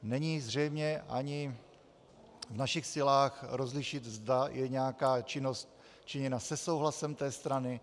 Není zřejmě ani v našich silách rozlišit, zda je nějaká činnost činěna se souhlasem té strany.